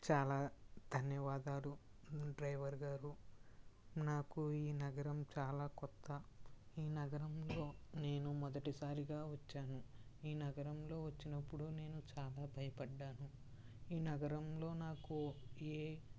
చాలా ధన్యవాదాలు డ్రైవర్ గారు నాకు ఈ నగరం చాలా కొత్త ఈ నగరంలో నేను మొదటిసారిగా వచ్చాను ఈ నగరంలో వచ్చినప్పుడు నేను చాలా భయపడ్డాను ఈ నగరంలో నాకు ఏ